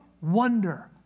wonder